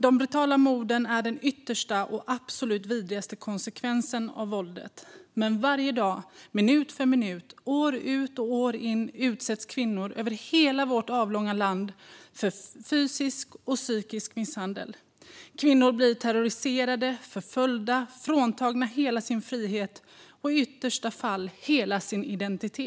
De brutala morden är den yttersta och absolut vidrigaste konsekvensen av våldet. Men varje dag, minut för minut, år ut och år in, utsätts kvinnor över hela vårt avlånga land för fysisk och psykisk misshandel. Kvinnor blir terroriserade, förföljda och fråntagna hela sin frihet och i yttersta fall hela sin identitet.